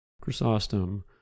chrysostom